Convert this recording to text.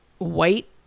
white